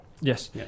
Yes